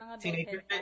Teenager